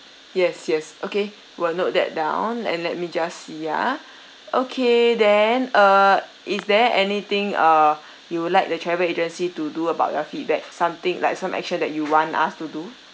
yes yes okay will note that down and let me just see ah okay then err is there anything err you would like the travel agency to do about your feedback something like some action that you want us to do